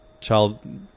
child